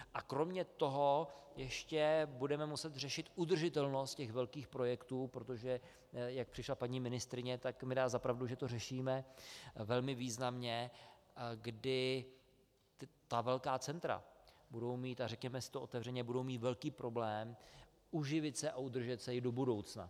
A kromě toho ještě budeme muset řešit udržitelnost těch velkých projektů, protože jak přišla paní ministryně , tak mi dá za pravdu, že to řešíme velmi významně, kdy velká centra budou mít a řekněme si to otevřeně velký problém uživit se a udržet se i do budoucna.